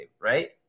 right